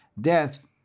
death